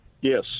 Yes